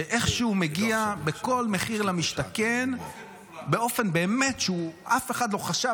שאיכשהו מגיע בכל מחיר למשתכן באופן שאף אחד לא חשב,